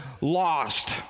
lost